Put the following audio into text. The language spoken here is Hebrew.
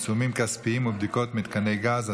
עיצומים כספיים ובדיקות מתקני גז),